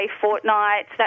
fortnights